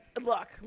look